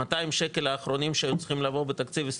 200 מיליון השקלים שהיו צריכים לבוא בתקציב 2023